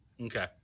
Okay